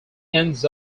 ends